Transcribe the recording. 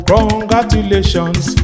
Congratulations